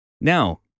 Now